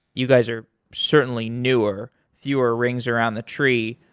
you guys are certainly newer, fewer rings around the tree,